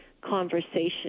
conversation